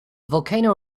volcano